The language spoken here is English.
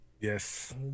Yes